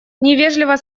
невежливо